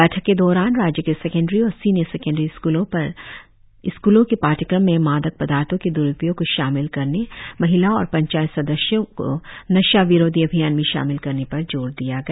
बैठक के दैरान राज्य के सेकेंड्री और सीनियर सेकेंड्री स्क्लों के पाठ्यक्रम में मादक पदार्थो के द्रुपयोग को शामिल करने महिलाओ और पंचायत सदस्यों को नशा विरोधी अभियान में शामिल करने पर जोर दिया गया